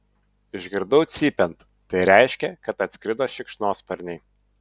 išgirdau cypiant tai reiškė kad atskrido šikšnosparniai